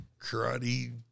Karate